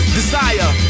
desire